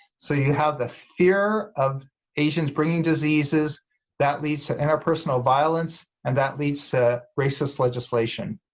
so you have the fear of asians bringing diseases that leads to interpersonal violence and that leads racist legislation.